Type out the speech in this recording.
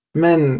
men